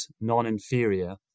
non-inferior